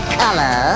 color